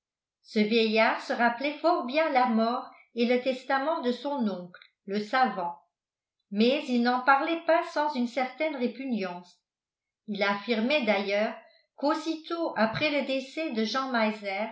ce vieillard se rappelait fort bien la mort et le testament de son oncle le savant mais il n'en parlait pas sans une certaine répugnance il affirmait d'ailleurs qu'aussitôt après le décès de jean